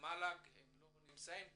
למל"ג שלא נמצאים כאן.